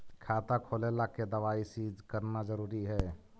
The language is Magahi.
खाता खोले ला के दवाई सी करना जरूरी है?